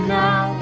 now